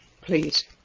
Please